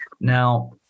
Now